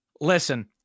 Listen